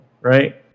right